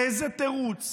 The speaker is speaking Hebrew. איזה תירוץ